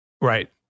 Right